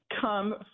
come